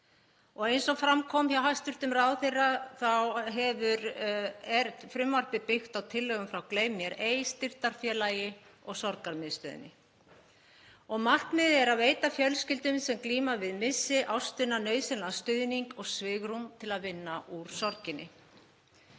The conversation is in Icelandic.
Eins og fram kom hjá hæstv. ráðherra er frumvarpið byggt á tillögum frá Gleym mér ei – styrktarfélagi og Sorgarmiðstöðinni. Markmiðið er að veita fjölskyldum sem glíma við missi ástvina nauðsynlegan stuðning og svigrúm til að vinna úr sorginni.